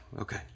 Okay